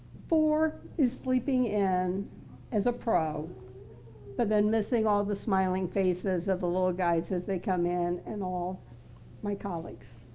four is sleeping in as a pro but then missing all the smiling faces of the little guys as they come in and all my colleagues